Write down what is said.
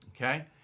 okay